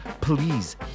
please